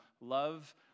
love